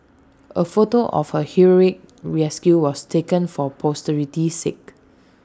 A photo of her heroic rescue was taken for posterity's sake